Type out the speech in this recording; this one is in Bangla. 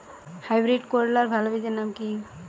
হাইব্রিড করলার ভালো বীজের নাম কি?